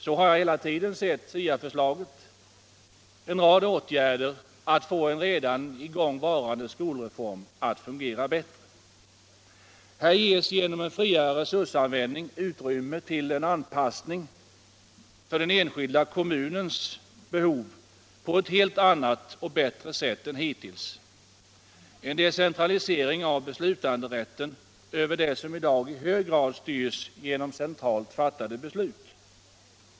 Så har jag hela tiden sett SIA:s förslag, dvs. som en rad åtgärder för att få en i gång varande skolreform att fungera bättre. Här ges genom en friare resursanvändning utrymme för en anpassning till den enskilda kommunens behov på ett helt annat och bättre sätt än hittills och en decentralisering av beslutanderätten över det som nu i hög grad styrs genom centralt fattade beslut.